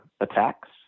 attacks